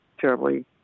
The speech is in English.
terribly